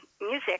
music